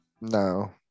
No